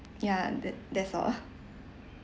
ya that that's all